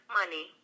money